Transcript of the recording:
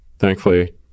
Thankfully